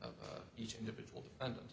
of each individual and